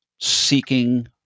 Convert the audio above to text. seeking